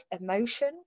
emotion